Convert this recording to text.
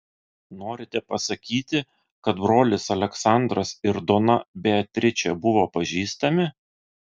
norite pasakyti kad brolis aleksandras ir dona beatričė buvo pažįstami